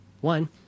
one